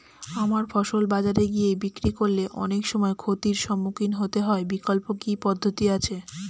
আমার ফসল বাজারে গিয়ে বিক্রি করলে অনেক সময় ক্ষতির সম্মুখীন হতে হয় বিকল্প কি পদ্ধতি আছে?